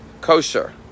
kosher